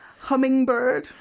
Hummingbird